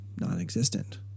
non-existent